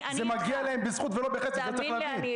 זה מגיע להם בזכות ולא בחסד, את זה צריך להבין.